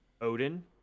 Odin